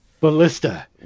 Ballista